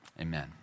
amen